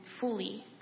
fully